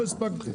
לא הספקתי.